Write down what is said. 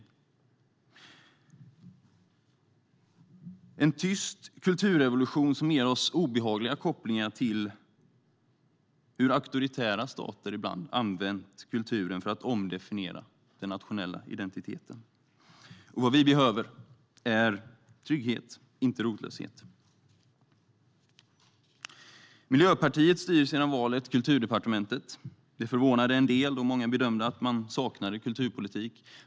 Det är en tyst kulturrevolution, som ger oss obehagliga kopplingar till hur auktoritära stater ibland använt kulturen för att omdefiniera den nationella identiteten. Vad vi behöver är trygghet, inte rotlöshet. Miljöpartiet styr sedan valet Kulturdepartementet. Det förvånade en del, då många bedömde att partiet saknade kulturpolitik.